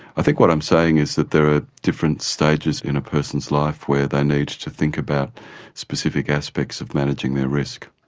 i think what i'm saying is that there are different stages in a person's life where they need to think about specific aspects of managing their risk.